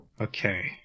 Okay